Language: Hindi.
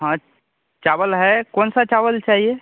हाँ चावल है कौन सा चावल चाहिए